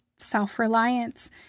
self-reliance